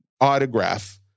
autograph